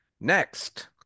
Next